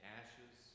ashes